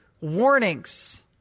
warnings